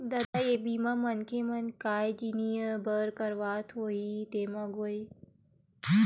ददा ये बीमा मनखे मन काय जिनिय बर करवात होही तेमा गोय?